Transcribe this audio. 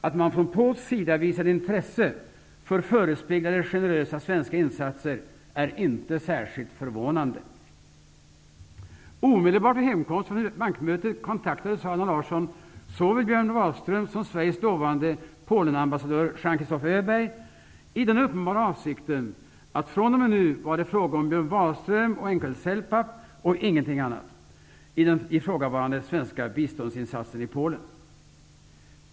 Att man från polsk sida visade intresse för förespeglade generösa svenska insatser är inte särskilt förvånande. Omedelbart vid hemkomsten från bankmötet kontaktade så Allan Larsson såväl Björn Polenambassadör Jean-Christophe Öberg i den uppenbara avsikten att det fr.o.m. nu var fråga om Björn Wahlström och NLK-Celpap och ingenting annat i den aktuella svenska biståndsinsatsen i Polen.